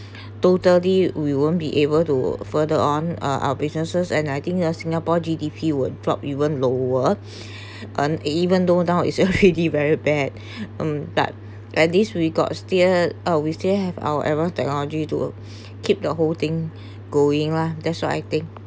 totally we won't be able to further on uh our businesses and I think ah singapore G_D_P would drop even lower and even though now is already very bad um but at least we got stee~ uh we still have our advance technology to keep the whole thing going lah that's what I think